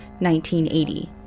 1980